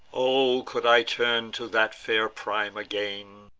o could i turn to that fair prime again,